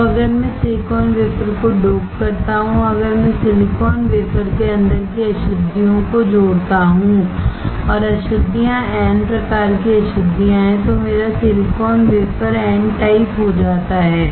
अब अगर मैं सिलिकॉन वेफर को डोप करता हूं अगर मैं सिलिकॉन वेफर के अंदर की अशुद्धियों को जोड़ता हूं और अशुद्धियां एन प्रकार की अशुद्धियां हैं तो मेरा सिलिकॉन वेफर एन टाइप हो जाता है